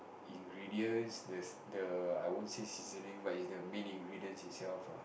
ingredients the the I won't say seasoning but it's the main ingredients itself ah